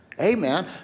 Amen